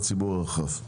לציבור הרחב.